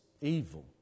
evil